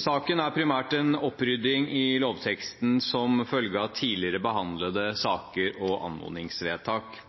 Saken er primært en opprydding i lovteksten som en følge av tidligere behandlede saker og anmodningsvedtak.